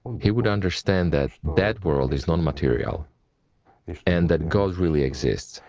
he would understand that that world is immaterial. and that god really exists.